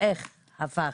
איך הפך?